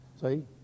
See